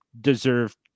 deserve